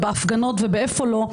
בהפגנות ואיפה לא,